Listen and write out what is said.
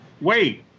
wait